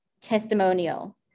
testimonial